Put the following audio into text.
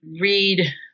read